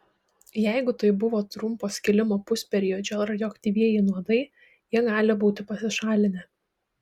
jeigu tai buvo trumpo skilimo pusperiodžio radioaktyvieji nuodai jie gali būti pasišalinę